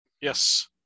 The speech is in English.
Yes